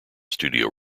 studio